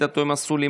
עאידה תומא סלימאן,